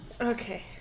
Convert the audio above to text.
Okay